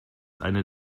eine